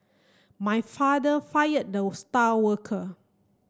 my father fired the star worker